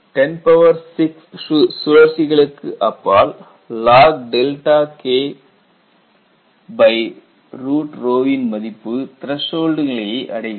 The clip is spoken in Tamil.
106 சுழற்சிகளுக்கு அப்பால் Log K1 ன் மதிப்பு த்ரசோல்டு நிலையை அடைகிறது